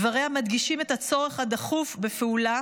דבריה מדגישים את הצורך הדחוף בפעולה